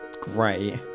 great